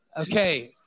Okay